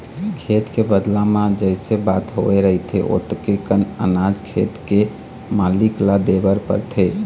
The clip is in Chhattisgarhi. खेत के बदला म जइसे बात होवे रहिथे ओतके कन अनाज खेत के मालिक ल देबर परथे